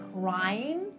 crying